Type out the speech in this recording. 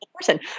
person